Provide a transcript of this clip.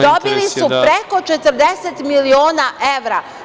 Dobili su preko 40 miliona evra.